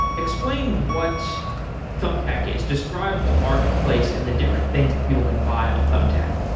explain what thumbtack is, describe the marketplace and the different things that people could buy on thumbtack.